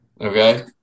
Okay